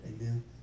Amen